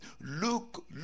Look